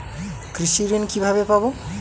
কৃষি ঋন কিভাবে পাব?